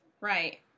Right